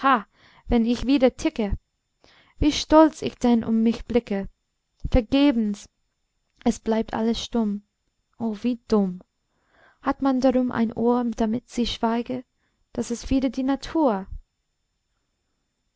wenn ich wieder ticke wie stolz ich dann um mich blicke vergebens es bleibt alles stumm o wie dumm hat man darum eine uhr damit sie schweige das ist wider die natur